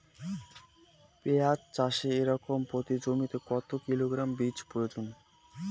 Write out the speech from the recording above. পেঁয়াজ চাষে একর প্রতি জমিতে কত কিলোগ্রাম বীজের প্রয়োজন?